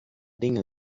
dinge